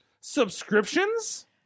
Subscriptions